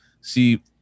see